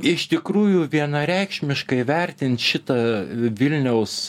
iš tikrųjų vienareikšmiškai vertint šitą vilniaus